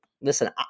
listen